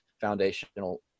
foundational